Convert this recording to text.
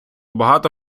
багато